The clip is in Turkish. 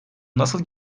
nasıl